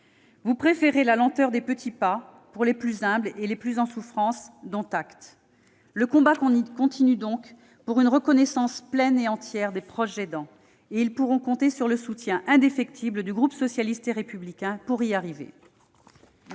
Vous préférez la lenteur des petits pas pour les plus humbles et les plus en souffrance. Dont acte ... Le combat continue donc pour une reconnaissance pleine et entière des proches aidants. Ils pourront compter sur le soutien indéfectible du groupe socialiste et républicain pour y parvenir.